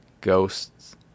ghosts